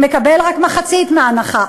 מקבל רק מחצית מההנחה,